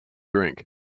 drink